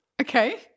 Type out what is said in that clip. Okay